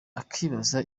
akibaza